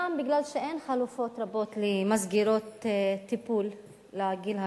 בגלל שאין חלופות רבות למסגרות טיפול לגיל הרך.